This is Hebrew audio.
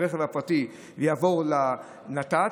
הרכב הפרטי יעבור לנת"צ,